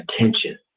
attention